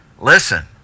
Listen